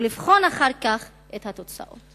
ולבחון אחר כך את התוצאות.